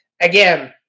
Again